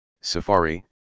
Safari